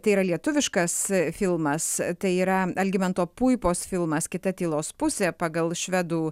tai yra lietuviškas filmas tai yra algimanto puipos filmas kita tylos pusė pagal švedų